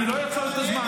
אני לא אעצור את הזמן.